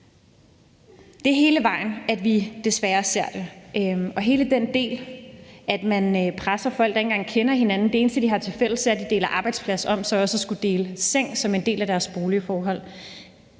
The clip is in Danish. Det er hele vejen rundt, vi desværre ser det, og hele den del, der handler om, at man stuver folk sammen, der ikke engang kender hinanden, og hvor det eneste, de har tilfælles, er, at de deler arbejdsplads, og presser dem til også at skulle dele seng som en del af deres boligforhold.